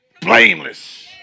Blameless